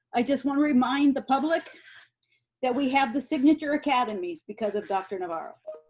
i just want to remind the public that we have the signature academies because of dr. navarro.